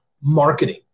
marketing